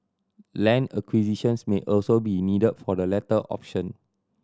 land acquisitions may also be needed for the latter option